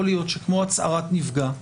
יכול להיות שכמו הצהרת נפגע,